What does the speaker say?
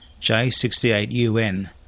J68UN